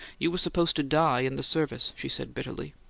you were supposed to die in the service, she said bitterly,